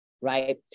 Right